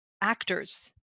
actors